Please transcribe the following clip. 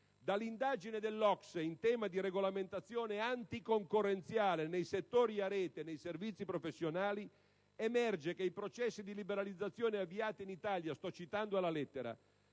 Dall'indagine dell'OCSE in tema di regolamentazione anticoncorrenziale nei settori a rete e nei servizi professionali emerge che «i processi di liberalizzazione avviati in Italia» - sto citando alla lettera